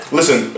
Listen